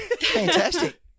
Fantastic